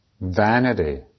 vanity